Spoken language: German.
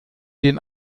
den